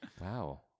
Wow